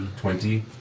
Twenty